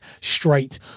straight